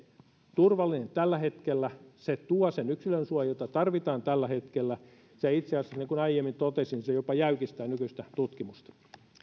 turvallinen tällä hetkellä se tuo tällä hetkellä sen yksilönsuojan jota tarvitaan se itse asiassa niin kuin aiemmin totesin jopa jäykistää nykyistä tutkimusta